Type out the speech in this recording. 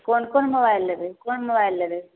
कोन कोन मोबाइल लेबै कोन मोबाइल लेबै